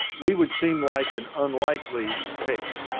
we would seem like an unlikely pair,